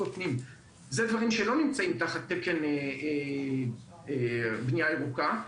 זה דברים שלא נמצאים תחת תקן בנייה ירוקה.